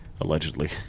Allegedly